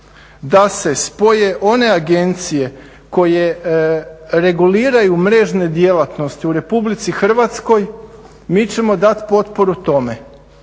da se spoje one agencije koje reguliraju mrežne djelatnosti u RH mi ćemo dati potporu tome.